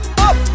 up